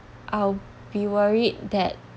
I'll be worried that